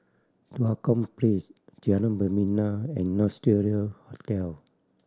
Tua Kong Place Jalan Membina and Nostalgia Hotel